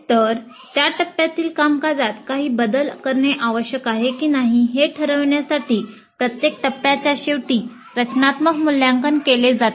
तर त्या टप्प्यातील कामकाजात काही बदल करणे आवश्यक आहे की नाही हे ठरवण्यासाठी प्रत्येक टप्प्याच्या शेवटी रचनात्मक मूल्यमापन केले जाते